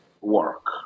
work